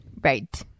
Right